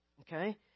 Okay